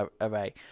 array